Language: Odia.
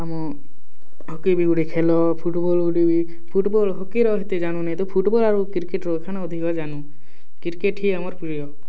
ଆମ ହକି ବି ଗୁଟେ ଖେଲ ଫୁଟବଲ୍ ଗୁଟେ ବି ଫୁଟବଲ୍ ହକି ର ଏତେ ଜାନୁନି ତ ଫୁଟବଲ୍ ଆଉ କ୍ରିକେଟ୍ ର ଖେଲ ଅଧିକ ଜାନୁ କ୍ରିକେଟ୍ ହିଁ ଆମର୍ ପ୍ରିୟ